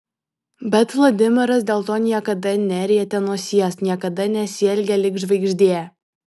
bet vladimiras dėl to niekada nerietė nosies niekada nesielgė lyg žvaigždė